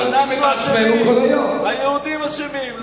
היהודים אשמים,